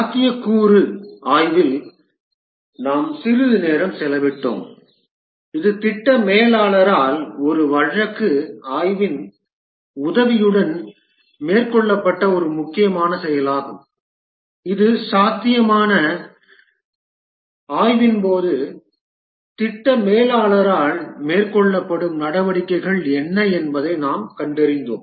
சாத்தியக்கூறு ஆய்வில் நாம் சிறிது நேரம் செலவிட்டோம் இது திட்ட மேலாளரால் ஒரு வழக்கு ஆய்வின் உதவியுடன் மேற்கொள்ளப்பட்ட ஒரு முக்கியமான செயலாகும் இது சாத்தியமான ஆய்வின் போது திட்ட மேலாளரால் மேற்கொள்ளப்படும் நடவடிக்கைகள் என்ன என்பதை நாம் கண்டறிந்தோம்